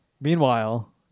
Meanwhile